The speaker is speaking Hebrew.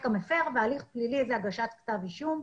המפר והליך פלילי הוא הגשת כתב אישום.